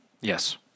Yes